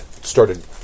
started